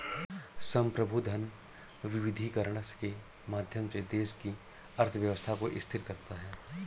संप्रभु धन विविधीकरण के माध्यम से देश की अर्थव्यवस्था को स्थिर करता है